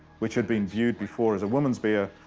which had been viewed before as a womenis beer,